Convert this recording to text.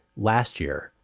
last year,